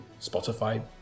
Spotify